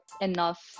enough